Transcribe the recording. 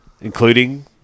including